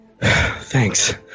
thanks